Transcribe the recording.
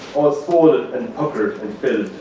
all swollen and puckered and filled.